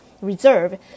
reserve